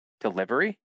delivery